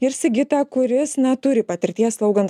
ir sigitą kuris na turi patirties slaugant